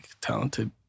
talented